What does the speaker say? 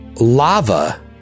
lava